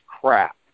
crap